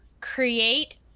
create